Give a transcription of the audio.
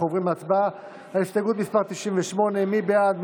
אנחנו עוברים להצבעה על הסתייגות מס' 98. מי בעד?